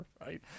right